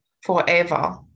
forever